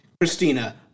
Christina